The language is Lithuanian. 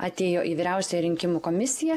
atėjo į vyriausią rinkimų komisiją